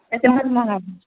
एतेक महगा दै छहक